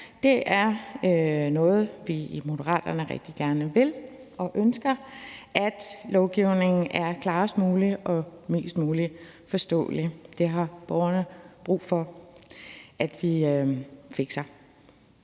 Det er noget, vi i Moderaterne rigtig gerne vil; vi ønsker, at lovgivningen er klarest mulig og så forståelig som muligt. Det har borgerne brug for at vi fikser.